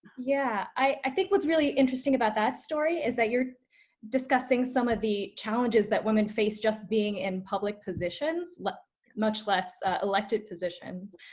yeah, i think what's really interesting about that story is that you're discussing some of the challenges that women face just being in public positions much less elected positions.